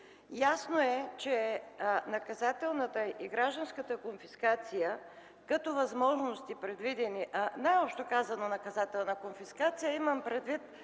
Ясно е, че наказателната и гражданската конфискация като възможности... Най-общо казано наказателна конфискация, имам предвид